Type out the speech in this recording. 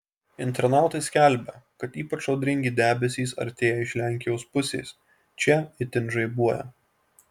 internautai skelbia kad ypač audringi debesys artėja iš lenkijos pusės čia itin žaibuoja